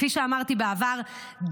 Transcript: כפי שאמרתי בעבר,